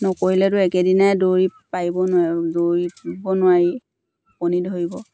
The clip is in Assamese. নকৰিলেতো একেদিনাই দৌৰি পাৰিব নোৱাৰো দৌৰিব নোৱাৰি টোপনি ধৰিব